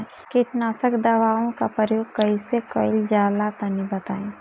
कीटनाशक दवाओं का प्रयोग कईसे कइल जा ला तनि बताई?